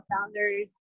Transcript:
founders